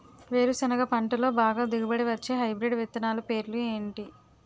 వేరుసెనగ పంటలో బాగా దిగుబడి వచ్చే హైబ్రిడ్ విత్తనాలు పేర్లు ఏంటి?